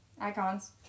icons